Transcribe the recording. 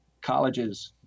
colleges